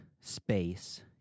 space